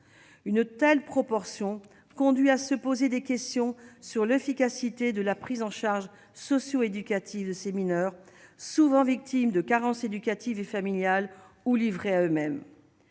une telle proportion conduit à se poser des questions sur l'efficacité de la prise en charge socio-éducative, ces mineurs souvent victimes de carences éducatives et familiales ou livrés à eux-mêmes